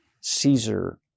Caesar